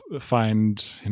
find